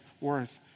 worth